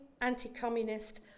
anti-communist